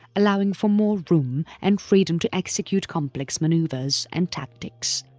allowing for more room and freedom to execute complex manoeuvres and tactics.